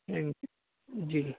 thank جی